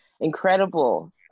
incredible